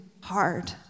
hard